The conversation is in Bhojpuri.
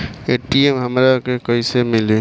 ए.टी.एम हमरा के कइसे मिली?